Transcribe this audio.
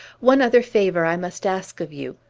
one other favor i must ask of you.